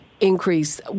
increase